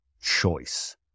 choice